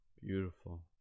Beautiful